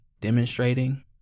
demonstrating